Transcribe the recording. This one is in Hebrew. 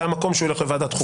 היה מקום שהוא ילך לוועדת החוקה.